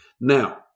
Now